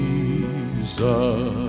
Jesus